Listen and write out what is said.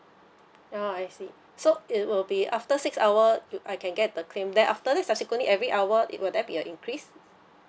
ah I see so it will be after six hour do I can get the claim then after that subsequently every hour will there be a increase